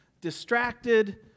distracted